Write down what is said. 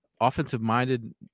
offensive-minded